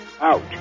out